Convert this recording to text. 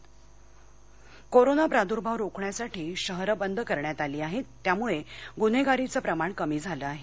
cyber cell corona प्रादूर्भाव रोखण्यासाठी शहरं बंद करण्यात आली आहेत त्यामुळे गुन्हेगारीचं प्रमाण कमी झाले आहे